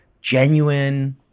genuine